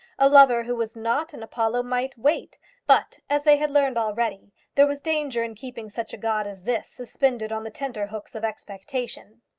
a lover who was not an apollo might wait but, as they had learned already, there was danger in keeping such a god as this suspended on the tenter-hooks of expectation.